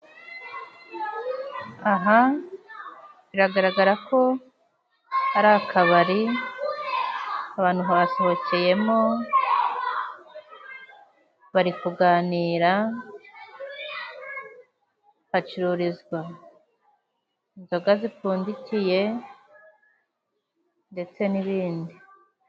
Aha biragaragara ko ari akabari, abantu basohokeyemo bari kuganira hacururizwa inzoga zipfundikiye ndetse n'ibindi.